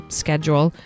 schedule